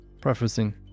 Prefacing